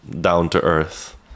down-to-earth